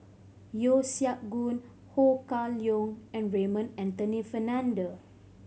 Yeo Siak Goon Ho Kah Leong and Raymond Anthony Fernando